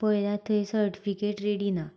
पयल्यार थंय certificate ready ना